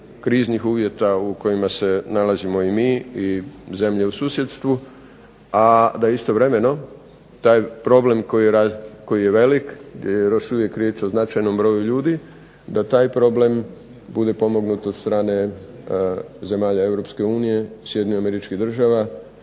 kriznih uvjeta u kojima se nalazimo i mi i zemlje u susjedstvu, a da istovremeno taj problem koji je velik, jer je još uvijek riječ o značajnom broju ljudi, da taj problem bude pomognut od strane zemalja Europske unije, Sjedinjenih Američkih Država,